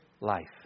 life